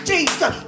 Jesus